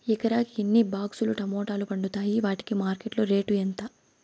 ఎకరాకి ఎన్ని బాక్స్ లు టమోటాలు పండుతాయి వాటికి మార్కెట్లో రేటు ఎంత?